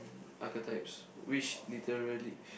mm archetypes which literally